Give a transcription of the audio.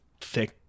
thick